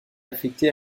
affecté